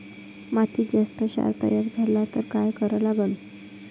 मातीत जास्त क्षार तयार झाला तर काय करा लागन?